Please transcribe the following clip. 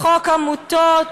בחוק העמותות,